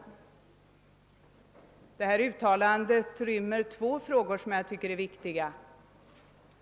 Jag har två invändningar att göra mot detta uttalande.